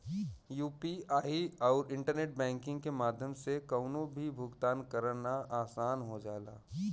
UPI आउर internet banking के माध्यम से कउनो भी भुगतान करना आसान हो जाला